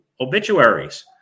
obituaries